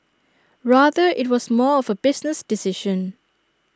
rather IT was more of A business decision